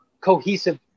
cohesive